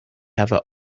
have